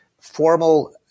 formal